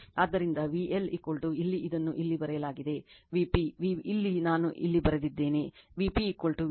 ಆದ್ದರಿಂದ VL ಇಲ್ಲಿ ಇದನ್ನು ಇಲ್ಲಿ ಬರೆಯಲಾಗಿದೆVp ಇಲ್ಲಿ ನಾನು ಇಲ್ಲಿ ಬರೆದಿದ್ದೇನೆ Vp VL